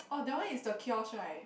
oh that one is the kiosk right